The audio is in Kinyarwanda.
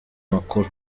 makuru